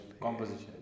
Composition